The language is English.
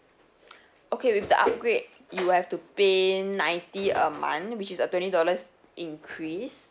okay with the upgrade you have to pay ninety a month which is a twenty dollars increase